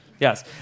Yes